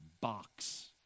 box